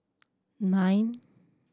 nine